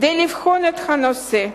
כדי לבחון את הנושא.